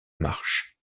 marche